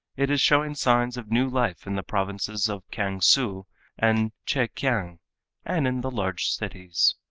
it is showing signs of new life in the provinces of kiangsu and chekiang and in the large cities.